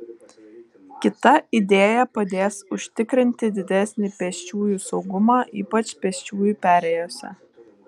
kita idėja padės užtikrinti didesnį pėsčiųjų saugumą ypač pėsčiųjų perėjose